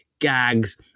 gags